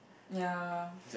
ya